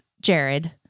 Jared